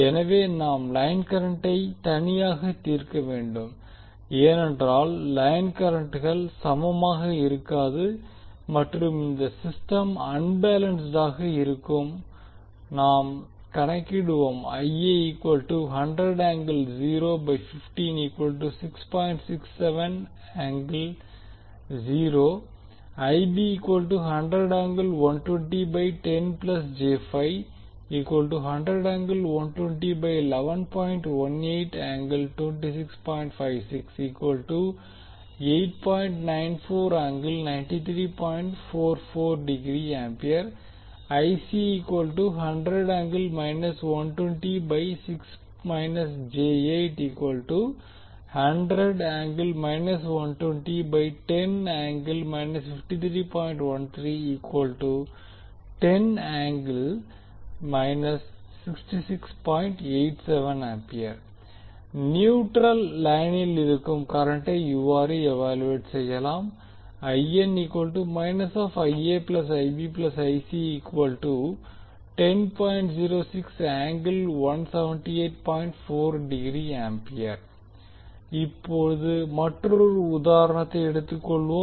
எனவே நாம் லைன் கரண்டை தனியாக தீர்க்க வேண்டும் ஏனென்றல் லைன் கரண்ட்கள் சமமாக இருக்காது மற்றும் இந்த சிஸ்டம் அன்பேலன்ஸ்ட் ஆக இருக்கும் நாம் கணக்கிடுவோம் நியூட்ரல் லைனில் இருக்கும் கரண்டை இவ்வாறு இவாலுவேட் செய்யலாம் இப்போது மற்றொரு உதாரணத்தை எடுத்துக் கொள்வோம்